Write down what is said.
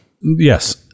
Yes